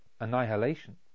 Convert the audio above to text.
annihilation